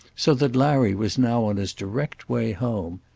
so that larry was now on his direct way home.